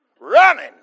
running